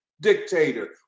dictator